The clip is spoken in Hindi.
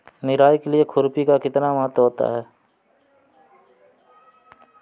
निराई के लिए खुरपी का कितना महत्व होता है?